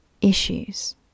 issues